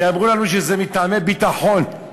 כי אמרו לנו שזה מטעמי ביטחון.